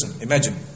Imagine